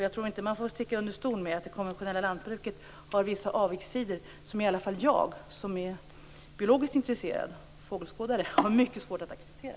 Jag tror inte att man skall sticka under stol med att det konventionella lantbruket har vissa avigsidor som i alla fall jag, som är biologiskt intresserad och fågelskådare, har mycket svårt att acceptera.